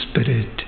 spirit